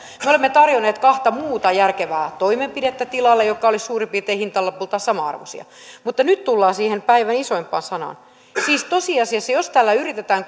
me olemme tarjonneet kahta muuta järkevää toimenpidettä tilalle ja ne olisivat suurin piirtein hintalapultaan saman arvoisia mutta nyt tullaan siihen päivän isoimpaan sanaan siis jos tällä yritetään